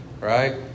right